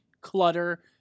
clutter